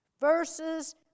verses